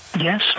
Yes